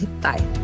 Bye